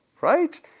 right